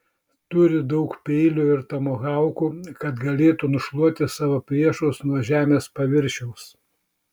turi daug peilių ir tomahaukų kad galėtų nušluoti savo priešus nuo žemės paviršiaus